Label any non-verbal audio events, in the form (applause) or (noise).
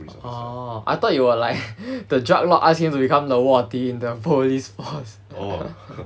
oh I thought you will like (breath) the drug lord ask him to be the 卧底 in the police force (laughs)